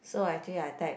so I think I type